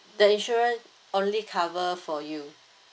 the insurance only cover for you